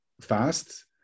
fast